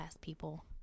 people